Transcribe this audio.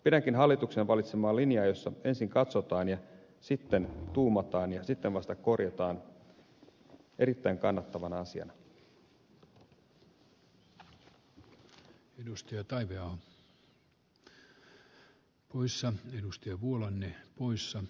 pidänkin hallituksen valitsemaa linjaa jossa ensin katsotaan ja sitten tuumataan ja sitten vasta korjataan erittäin kannatettavana asiana